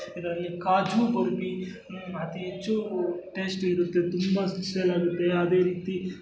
ಇದರಲ್ಲಿ ಕಾಜು ಬರ್ಪಿ ಅತಿ ಹೆಚ್ಚೂ ಟೇಸ್ಟಿ ಇರುತ್ತೆ ತುಂಬ ಸೇಲ್ ಆಗುತ್ತೆ ಅದೇ ರೀತಿ